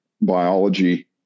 biology